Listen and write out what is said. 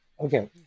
Okay